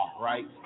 right